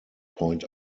point